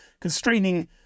constraining